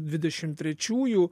dvidešim trečiųjų